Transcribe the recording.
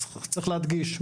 אז צריך להדגיש,